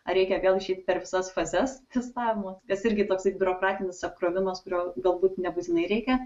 ar reikia vėl išeit per visas fazes testavimo kas irgi toksai biurokratinis apkrovimas kurio galbūt nebūtinai reikia